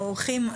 האורחים,